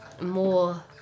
more